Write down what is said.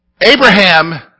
Abraham